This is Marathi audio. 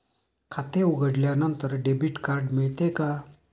खाते उघडल्यानंतर डेबिट कार्ड मिळते का?